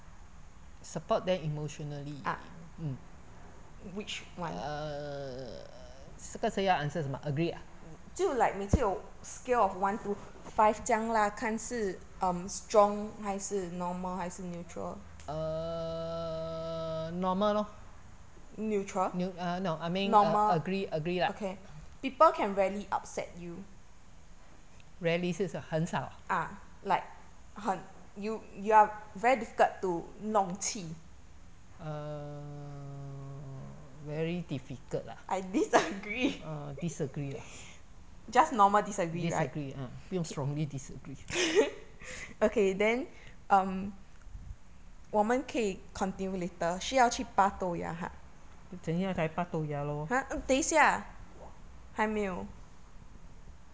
support them emotionally mm err 这个是要 answer 什么 agree ah err normal lor neu~ uh no I mean agree agree lah rarely 是什么很少啊 err very difficult ah orh